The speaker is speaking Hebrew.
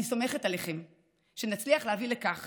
אני סומכת עליכם שנצליח להביא לכך